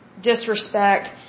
disrespect